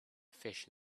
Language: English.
fish